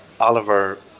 Oliver